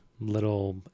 little